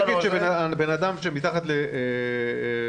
בוא נגיד שבן אדם שמתחת ל-93%,